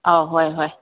ꯑꯥꯎ ꯍꯣꯏ ꯍꯣꯏ